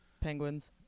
Penguins